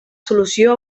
solució